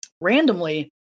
Randomly